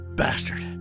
bastard